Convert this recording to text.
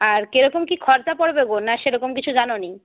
আর কেরকম কি খরচা পড়বে গো না সেরকম কিছু জানো নি